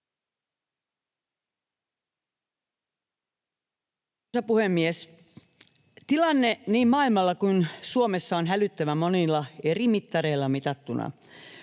puhemies! Tilanne niin maailmalla kuin Suomessa on hälyttävä monilla eri mittareilla mitattuna.